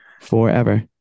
Forever